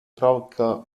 provoca